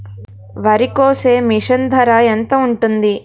వరి కోసే మిషన్ ధర ఎంత ఉంటుంది?